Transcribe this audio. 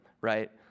right